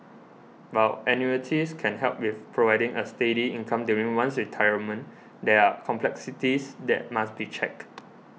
while annuities can help with providing a steady income during one's retirement there are complexities that must be checked